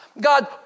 God